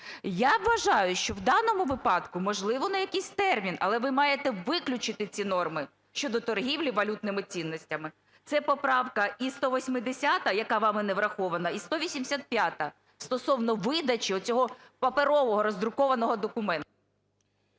Я вважаю, що в даному випадку, можливо на якийсь термін, але ви маєте виключити ці норми щодо торгівлі валютними цінностями. Це поправка і 180-а, яка вами не врахована, і 185-а стосовно видачі оцього паперового роздрукованого документу.